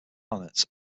planets